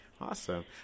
Awesome